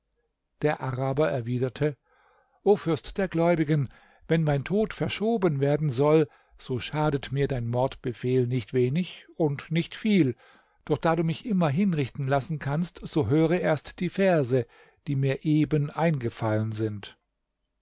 der araber erwiderte o fürst der gläubigen wenn mein tod verschoben werden soll so schadet mir dein mordbefehl nicht wenig und nicht viel doch da du mich immer hinrichten lassen kannst so höre erst die verse die mir eben eingefallen sind